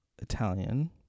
Italian